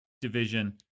Division